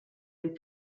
and